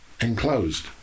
enclosed